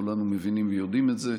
כולנו מבינים ויודעים את זה.